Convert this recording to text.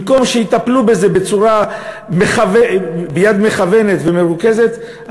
במקום שיטפלו בזה ביד מכוונת ומרוכזת,